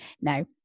No